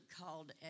called